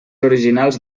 originals